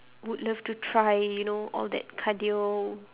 would love to try you know all that cardio